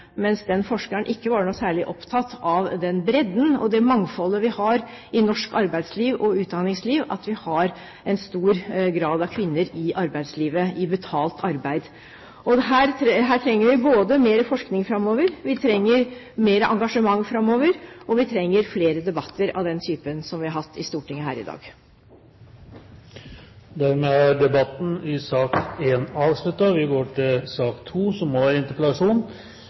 mens den samme forskeren ikke var noe særlig opptatt av den bredden og det mangfoldet vi har i norsk arbeidsliv og i norsk utdanningsliv, og at vi har en stor andel av kvinner i arbeidslivet – i betalt arbeid. Vi trenger både mer forskning og mer engasjement framover, og vi trenger flere debatter av den typen som vi har hatt her i Stortinget i dag. Debatten i sak nr. 1 er avsluttet. I